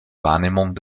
wahrnehmung